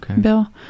bill